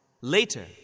Later